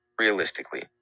realistically